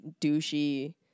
douchey